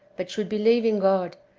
but should believe in god,